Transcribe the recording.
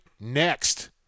next